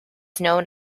known